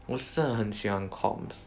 我很喜欢 comms